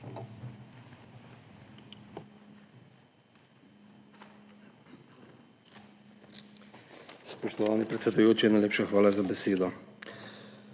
Spoštovani predsedujoči, najlepša hvala za besedo.